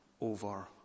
over